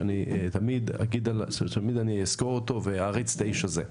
שאני תמיד אזכור אותו ואעריץ את האיש הזה.